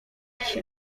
się